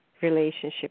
relationship